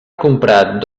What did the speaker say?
comprat